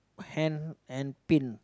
hand and pin